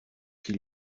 qui